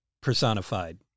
personified